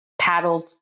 paddled